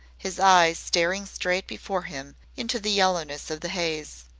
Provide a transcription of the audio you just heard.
his eyes staring straight before him into the yellowness of the haze.